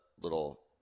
little